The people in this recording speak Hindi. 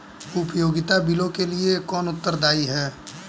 उपयोगिता बिलों के लिए कौन उत्तरदायी है?